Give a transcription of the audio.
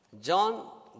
John